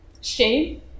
Shame